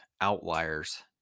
Outliers